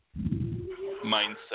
mindset